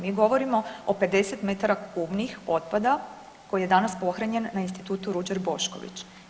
Mi govorimo o 50 metara kubnih otpada koji je danas pohranjen na Institutu Ruđer Bošković.